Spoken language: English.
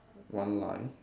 one line